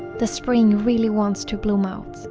the spring really wants to bloom out,